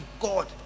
God